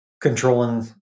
controlling